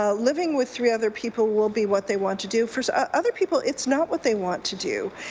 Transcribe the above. ah living with three other people will be what they want to do for other people it's not what they want to do